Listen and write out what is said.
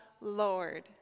Lord